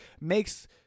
makes